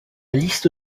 liste